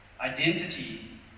identity